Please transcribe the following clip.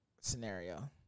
scenario